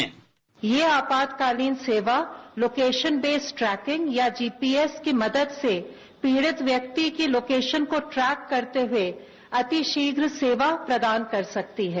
bite यह आपातकालीन सेवा लोकेशन बेस ट्रेकिंग या जीपीएस की मदद से पीड़ित व्यक्ति की लोकेशन को ट्रेक करते हुए अतिशीघ्र सेवा प्रदान कर सकती है